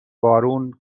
بارون